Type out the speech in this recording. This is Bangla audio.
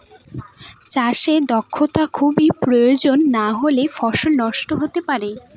চাষে দক্ষটা খুবই প্রয়োজন নাহলে ফসল নষ্ট হতে পারে